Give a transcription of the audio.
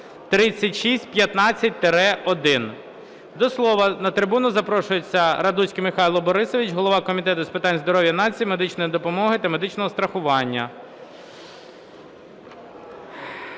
3615-1). До слова на трибуну запрошується Радуцький Михайло Борисович, голова Комітету з питань здоров'я нації, медичної допомоги та медичного страхування.